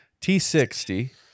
T60